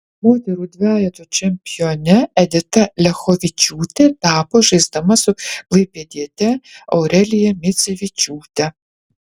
moterų dvejeto čempione edita liachovičiūtė tapo žaisdama su klaipėdiete aurelija misevičiūte